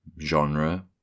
genre